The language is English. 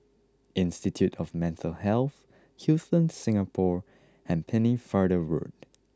Institute of Mental Health Hilton Singapore and Pennefather Road